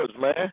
man